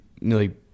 nearly